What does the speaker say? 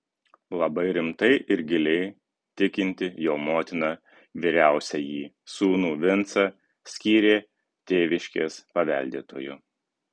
labai rimta ir giliai tikinti jo motina vyriausiąjį sūnų vincą skyrė tėviškės paveldėtoju